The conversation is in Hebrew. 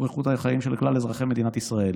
איכות החיים של כלל אזרחי מדינת ישראל.